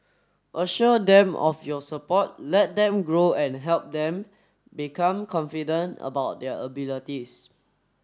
assure them of your support let them grow and help them become confident about their abilities